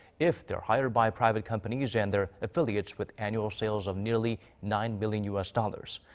if they're hired by private companies and their affiliates with annual sales of nearly nine million u s. dollars.